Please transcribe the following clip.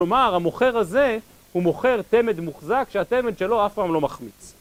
כלומר, המוכר הזה, הוא מוכר תמד מוחזק, שהתמד שלו אף פעם לא מחמיץ.